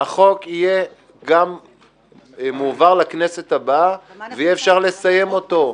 החוק יועבר לכנסת הבאה ואפשר יהיה לסיים אותו.